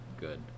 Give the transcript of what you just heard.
good